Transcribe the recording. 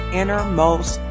innermost